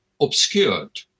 obscured